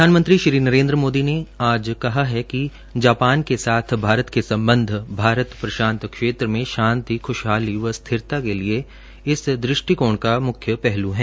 प्रधानमंत्री श्री नरेन्द्र मोदी ने आज कहा है कि जापान के साथ भारत के संबंध भारत प्रशांत क्षेत्र में शांति खूशहाली व स्थिरता के लिए इस दृष्टिकोण का मुख्य पहलू है